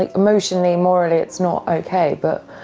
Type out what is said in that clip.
like emotionally, morally it's not okay, but